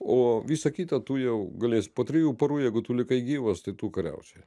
o visa kita tu jau galėsi po trijų parų jeigu tu likai gyvas tai tu kariausi